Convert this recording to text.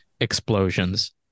explosions